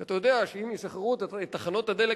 כי אתה יודע שאם ישחררו את תחנות הדלק